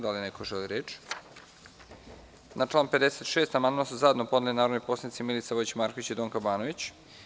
Da li neko želi reč? (Ne) Na član 56. amandman su zajedno podneli narodni poslanici Milica Vojić Marković i Donka Banović.